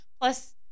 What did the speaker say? Plus